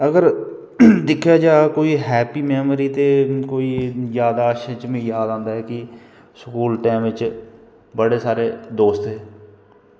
अगर दिक्खेआ जा कोई हैप्पी मैमरी ते कोई ज्यादा अच्छे च मिगी याद आंदा ऐ कि स्कूल टैम च बड़े सारे दोस्त हे